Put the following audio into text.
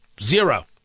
Zero